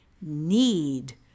need